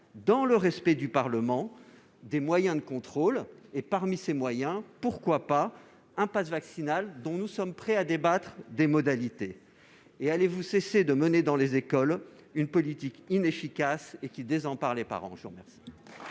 dans le respect du Parlement, des moyens de contrôle et, parmi ces moyens- pourquoi pas ? -d'un passe vaccinal, dont nous sommes prêts à débattre des modalités ? Allez-vous cesser de mener dans les écoles une politique inefficace et qui désempare les parents ?